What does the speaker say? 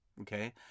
okay